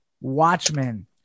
Watchmen